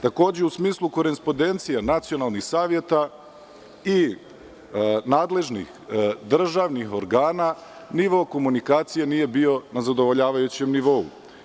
Takođe, u smislu korespondencije nacionalnih saveta i nadležnih državnih organa, nivo komunikacije nije bio na zadovoljavajućem nivou.